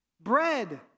bread